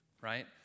right